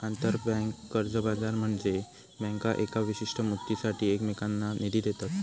आंतरबँक कर्ज बाजार म्हनजे बँका येका विशिष्ट मुदतीसाठी एकमेकांनका निधी देतत